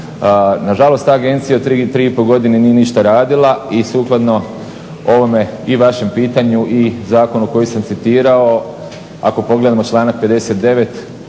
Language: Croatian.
Nažalost ta agencija tri i pol godine nije ništa radila i sukladno ovome i vašem pitanju i zakonu koji sam citirao, ako pogledamo članak 59.